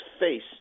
face